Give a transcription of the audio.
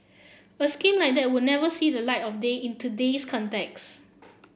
a scheme like that would never see the light of day in today's context